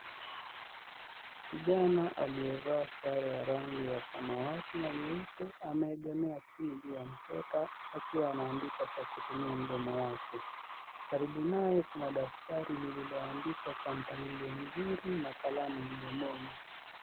Kijana aliyevaa sare ya rangi ya samawati na nyeupe ameegemea tindu ya mkeka akiwa anaandika kwa kutumia mdomo wake. Karibu naye kuna daftati lililoandikwa kwa mpangilio mzuri na kalamu mdomoni.